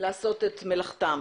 לעשות את מלאכתם.